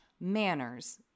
manners